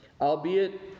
albeit